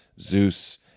Zeus